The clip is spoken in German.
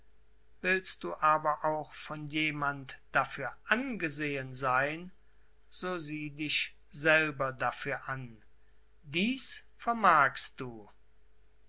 willst du aber auch von jemand dafür angesehen sein so sieh dich selbst dafür an dies vermagst du